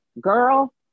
girl